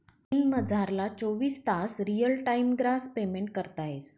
दिनमझारला चोवीस तास रियल टाइम ग्रास पेमेंट करता येस